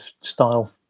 style